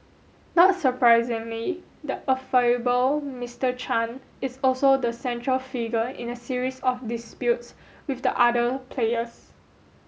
not surprisingly the affable Mister Chan is also the central figure in a series of disputes with the other players